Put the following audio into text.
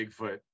Bigfoot